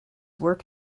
work